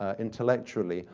ah intellectually,